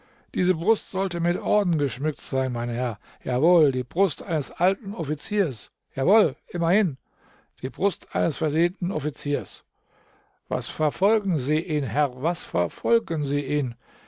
diese brust sollte mit orden geschmückt sein mein herr jawohl die brust eines alten offiziers jawohl immerhin die brust eines verdienten offiziers was verfolgen sie ihn herr was verfolgen sie ihn